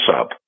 up